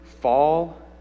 fall